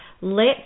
lets